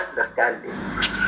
understanding